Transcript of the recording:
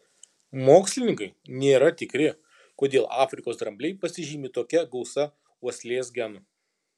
mokslininkai nėra tikri kodėl afrikos drambliai pasižymi tokia gausa uoslės genų